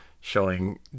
showing